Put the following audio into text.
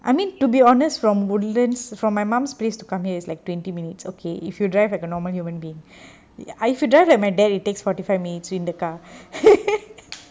I mean to be honest from woodlands from my mum's place to come here is like twenty minutes okay if you drive a normal human being but if you drive like my dad it takes forty five minutes in the car